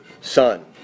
son